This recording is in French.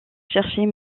chercher